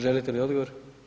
Želite li odgovor?